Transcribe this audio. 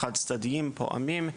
חד-צדדים פועמים.